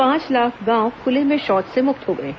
पांच लाख गांव खुले में शौच से मुक्त हो गए हैं